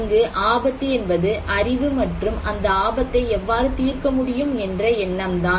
இங்கு ஆபத்து என்பது அறிவு மற்றும் அந்த ஆபத்தை எவ்வாறு தீர்க்க முடியும் என்ற எண்ணம்தான்